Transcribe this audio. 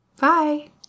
Bye